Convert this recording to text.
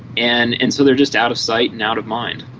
and and so they are just out of sight and out of mind.